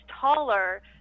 taller